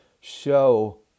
show